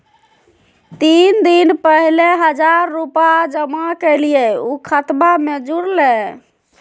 तीन दिन पहले हजार रूपा जमा कैलिये, ऊ खतबा में जुरले?